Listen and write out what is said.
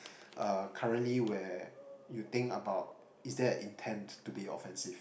uh currently where you think about is there a intent to be offensive